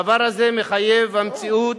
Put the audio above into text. הדבר הזה מחויב המציאות.